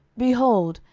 behold,